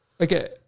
okay